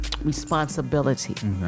Responsibility